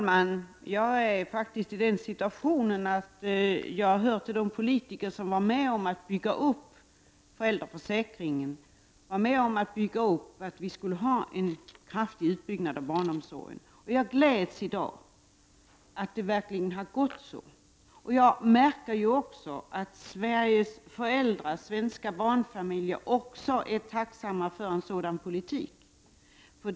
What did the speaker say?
Herr talman! Jag hör till de politiker som var med om att bygga upp föräldraförsäkringen, jag var med om att bestämma att vi skulle ha en kraftig utbyggnad av barnomsorgen. Jag gläds i dag åt att det verkligen har gått så. Jag märker också att Sveriges föräldrar, svenska barnfamiljer, är tacksamma för en sådan politik.